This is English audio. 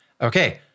okay